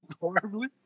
horribly